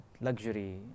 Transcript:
Luxury